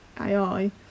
AI